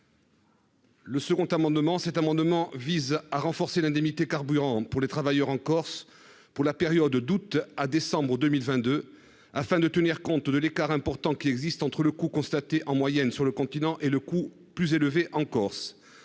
Toussaint Parigi. Cet amendement vise à renforcer l'indemnité carburant pour les travailleurs de Corse, au titre de la période courant d'août à décembre 2022, afin de tenir compte de l'écart important qui existe entre le coût constaté en moyenne sur le continent et le coût, plus élevé, en Corse.